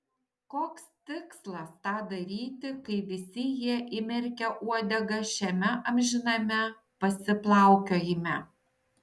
koks tikslas tą daryti kai visi jie įmerkę uodegas šiame amžiname pasiplaukiojime